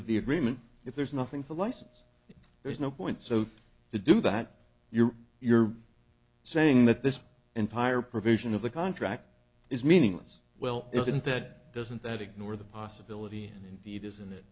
of the agreement if there's nothing for a license there's no point so to do that you're you're saying that this entire provision of the contract is meaningless well isn't that doesn't that ignore the possibility and indeed isn't it